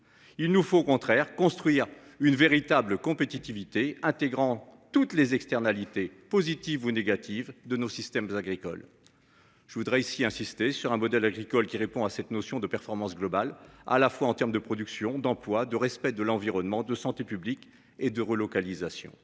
Il nous faut, au contraire, construire une véritable compétitivité intégrant toutes les externalités positives ou négatives de nos systèmes agricoles. Je voudrais ici insister sur un modèle agricole qui répond à cette notion de performance globale à la fois en termes de production, d'emploi, de respect de l'environnement de santé publique et de relocalisation.